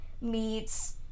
meets